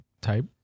type